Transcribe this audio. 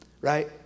right